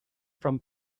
from